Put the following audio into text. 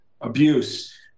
abuse